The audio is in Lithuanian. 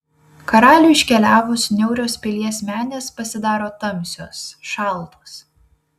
karaliui iškeliavus niaurios pilies menės pasidaro tamsios šaltos